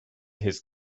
his